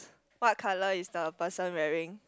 what colour is the person wearing